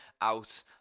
out